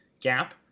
gap